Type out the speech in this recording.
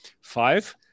five